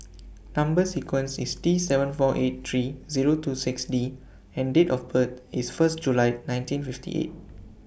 Number sequence IS T seven four eight three Zero two six D and Date of birth IS First July nineteen fifty eight